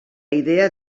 idea